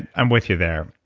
i'm with you there.